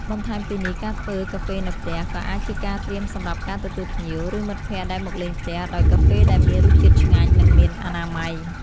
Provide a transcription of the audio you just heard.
បន្ថែមពីនេះ ការធ្វើកាហ្វេនៅផ្ទះ ក៏អាចជាការត្រៀមសម្រាប់ការទទួលភ្ញៀវ ឬមិត្តភក្តិដែលមកលេងផ្ទះដោយកាហ្វេដែលមានរសជាតិឆ្ងាញ់ និងមានអនាម័យ។